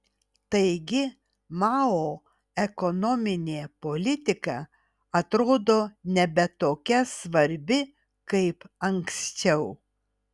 taigi mao ekonominė politika atrodo nebe tokia svarbi kaip anksčiau